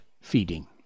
feeding